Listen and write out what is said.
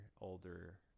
older